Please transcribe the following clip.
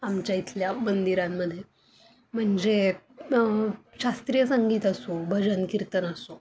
आमच्या इथल्या मंदिरांमध्ये म्हणजे शास्त्रीय संगीत असो भजन कीर्तन असो